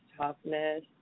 toughness